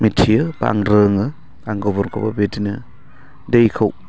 मिथियो बा आं रोङो आं गुबुनखौबो बिदिनो दैखौ